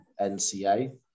NCA